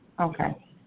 Okay